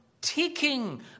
ticking